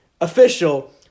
official